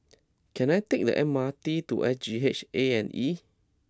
can I take the M R T to S G H A and E